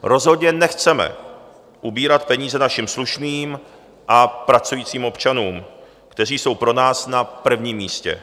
Rozhodně nechceme ubírat peníze našim slušným a pracujícím občanům, kteří jsou pro nás na prvním místě.